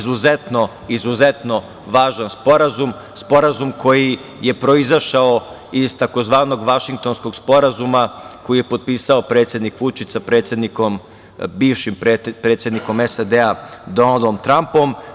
Izuzetno, izuzetno važan sporazum, sporazum koji je proizašao iz tzv. Vašingtonskog sporazuma koji je potpisao predsednik Vučić sa bivšim predsednikom SAD Donaldom Trampom.